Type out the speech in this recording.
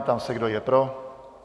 Ptám se, kdo je pro.